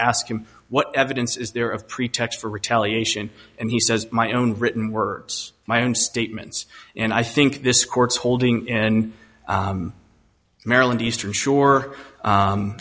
ask him what evidence is there of pretext for retaliation and he says my own written words my own statements and i think this court's holding in maryland eastern